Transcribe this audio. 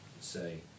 say